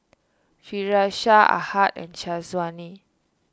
Firash Ahad and Syazwani